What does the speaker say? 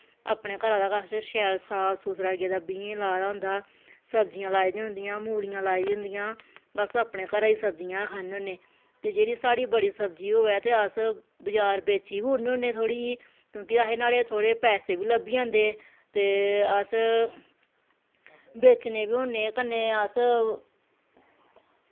अपने घरा दा गै असें शैल साफ सुथरा गेदा बीन लाए दा होंदा सब्जियां लाई दियां होंदियां मूलियां लाई दियां होंदियां अस अपने घरै दियां सब्जियां गै खन्ने होन्ने ते जेह्ड़ी साढ़ी बड़ी सब्जी होऐ ते अस बजार बेची बी ओड़ने होन्ने थोह्ड़ी जेही क्योंकि असें नाह्ड़े थोह्ड़े पैसे बी लब्भी जंदे ते अस बेचने बी होन्ने कन्नै अस